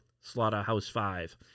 Slaughterhouse-Five